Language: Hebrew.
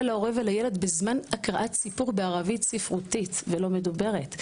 להורה ולילד בזמן הקראת סיפור בערבית ספרותית ולא מדוברת,